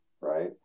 right